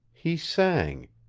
he sang,